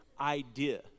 idea